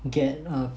get uh